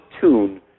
tune